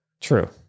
True